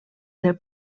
del